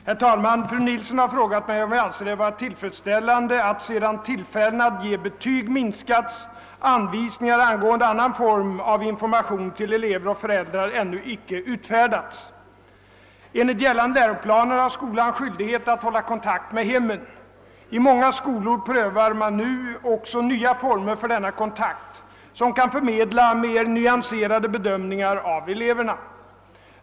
Herr talman! Fru Nilsson har frågat mig, om jag anser det vara tillfredsställande att, sedan tillfällena att ge betyg minskats, anvisningar angående annan form av information till elever och föräldrar ännu icke utfärdats. Enligt gällande läroplaner har skolan skyldighet att hålla kontakt med hemmen. I många skolor prövar man nu också nya former för denna kontakt, som kan förmedla mer nyanserade bedömningar av eleverna.